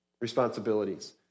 responsibilities